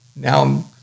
Now